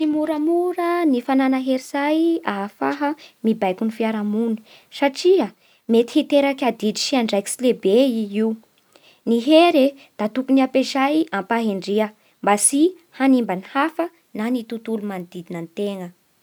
Tsy moramora ny fanana heritsay mibaiko ny fiaraha-mony, satria mety hiteraky adidy mehibe sy andraikitsy i io. Ny hery e da tokony ampiesay ampahendrea mba tsy hanimba ny hafa na ny tontolo manodidina ny tena.